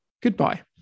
goodbye